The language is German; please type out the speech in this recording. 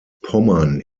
pommern